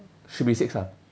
should be six ah